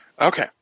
Okay